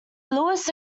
louis